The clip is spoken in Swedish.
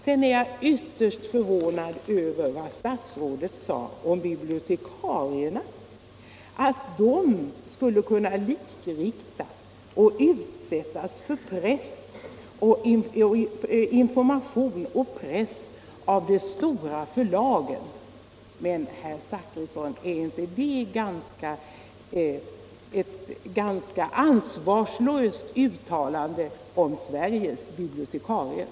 Jag är ytterst förvånad över vad statsrådet sade om bibliotekarierna, att de skulle kunna likriktas och utsättas för information och press från de stora förlagen. Men, herr Zachrisson, är inte detta ett ganska ansvarslöst uttalande om Sveriges bibliotekarier?